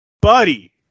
buddy